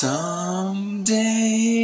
Someday